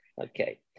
Okay